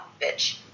bitch